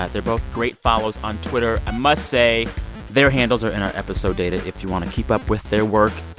ah they're both great follows on twitter. i must say their handles are in our episode data if you want to keep up with their work.